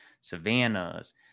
savannas